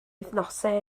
wythnosau